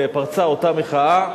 פרצה אותה מחאה,